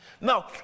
Now